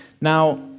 Now